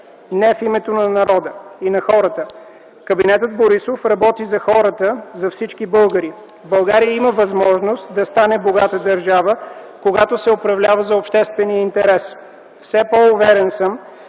не в името на народа и на хората. Кабинетът Борисов работи за хората, за всички българи. България има възможност да стане богата държава, когато се управлява за обществения интерес. Все по-уверен съм,